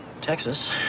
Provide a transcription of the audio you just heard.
Texas